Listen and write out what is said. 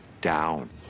Down